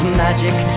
magic